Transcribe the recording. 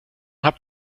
habt